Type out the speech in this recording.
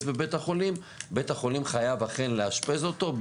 בבית החולים בית החולים חייב אכן לאשפז אותו,